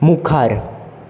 मुखार